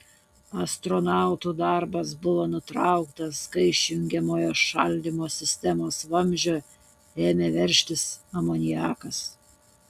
astronautų darbas buvo nutrauktas kai iš jungiamo šaldymo sistemos vamzdžio ėmė veržtis amoniakas